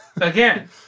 again